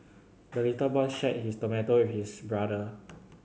the little boy shared his tomato with his brother